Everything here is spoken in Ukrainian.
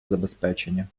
забезпечення